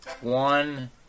one